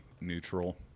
neutral